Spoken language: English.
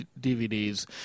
DVDs